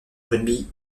rugby